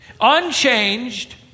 Unchanged